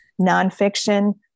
nonfiction